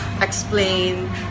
explain